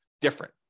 different